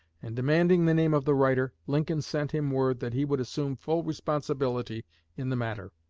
and, demanding the name of the writer, lincoln sent him word that he would assume full responsibility in the matter.